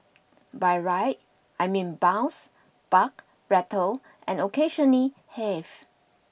by ride I mean bounce buck rattle and occasionally heave